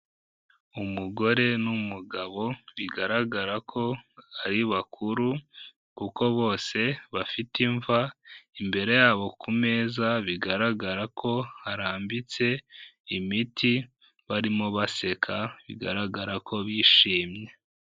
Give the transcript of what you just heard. Umugore n'umugabo bigaragara ko ari bakuru kuko bose bafite imva imbere yabo ku meza bigaragara ko harambitse imiti barimo baseka bigaragara ko bishimye.